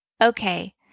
Okay